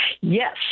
Yes